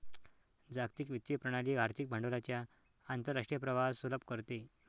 जागतिक वित्तीय प्रणाली आर्थिक भांडवलाच्या आंतरराष्ट्रीय प्रवाहास सुलभ करते